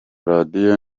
radiyo